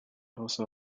also